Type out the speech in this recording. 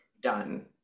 done